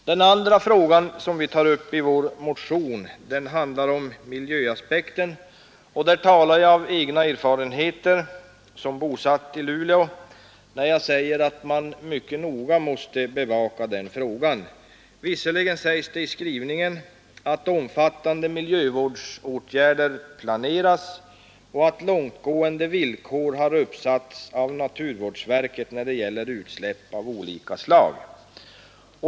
Den andra frågan som vi tar upp i vår motion handlar om miljöaspekten, och där talar jag som luleåbo av egna erfarenheter när jag säger att man mycket noga måste bevaka den frågan. Visserligen sägs i utskottets skrivning att omfattande miljövårdsåtgärder planeras och att långtgående villkor har uppsatts av naturvårdsverket när det gäller utsläpp av olika slag.